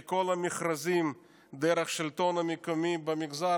כי כל המכרזים דרך השלטון המקומי במגזר